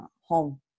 home